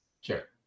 Sure